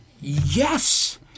yes